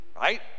Right